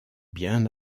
bien